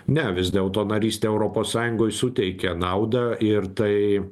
ne vis dėlto narystė europos sąjungoj suteikia naudą ir tai